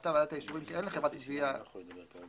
ראתה ועדת האישורים כי לחברת גבייה אין